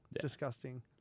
disgusting